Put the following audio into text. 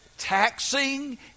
taxing